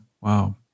Wow